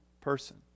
person